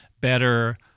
better